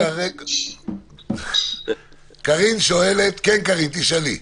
כן, קארין, תשאלי.